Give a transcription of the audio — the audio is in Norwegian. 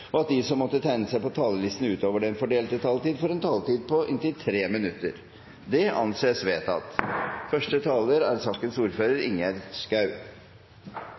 og at de som måtte tegne seg på talerlisten utover den fordelte taletid, får en taletid på inntil 3 minutter. – Det anses vedtatt. Forhistorien til dette Dokument 8-forslaget er